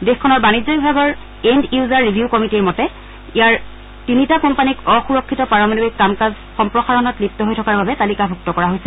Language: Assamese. দেশখনৰ বাণিজ্য বিভাগৰ এণ্ড ইউজাৰ ৰিভিউ কমিটিৰ মতে ইয়াৰ তিনিটা কোম্পানীক অসুৰক্ষিত পাৰমাণৱিক কাম কাজ সম্প্ৰসাৰণত লিপ্ত হৈ থকাৰ বাবে তালিকাভুক্ত কৰা হৈছে